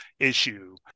issue